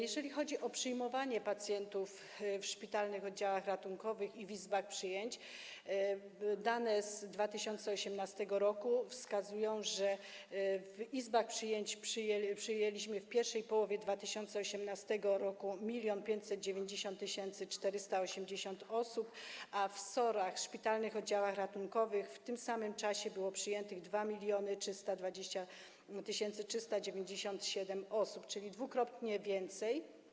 Jeżeli chodzi o przyjmowanie pacjentów w szpitalnych oddziałach ratunkowych i w izbach przyjęć, to dane z 2018 r. wskazują, że w izbach przyjęć przyjęliśmy w pierwszej połowie 2018 r. 1 590 480 osób, a w SOR-ach, szpitalnych oddziałach ratunkowych, w tym samym czasie było przyjętych 2 320 397 osób, czyli dwukrotnie więcej.